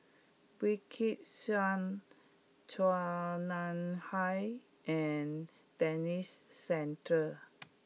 Wykidd Song Chua Nam Hai and Denis Santry